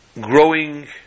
growing